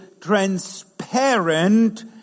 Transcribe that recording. transparent